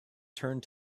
turned